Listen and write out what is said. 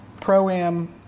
Pro-Am